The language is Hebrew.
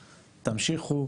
תמשיכו,